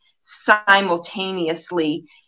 simultaneously